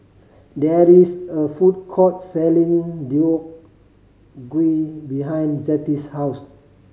there is a food court selling Deodeok Gui behind Zettie's house